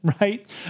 right